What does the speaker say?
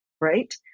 right